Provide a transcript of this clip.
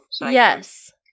Yes